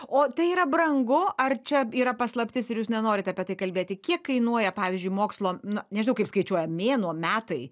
o tai yra brangu ar čia yra paslaptis ir jūs nenorit apie tai kalbėti kiek kainuoja pavyzdžiui mokslo nu nežinau kaip skaičiuoja mėnuo metai